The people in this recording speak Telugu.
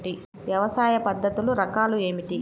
వ్యవసాయ పద్ధతులు రకాలు ఏమిటి?